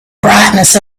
brightness